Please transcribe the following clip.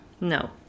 No